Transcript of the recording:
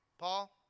Paul